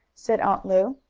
said aunt lu.